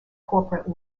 corporate